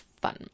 fun